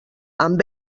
amb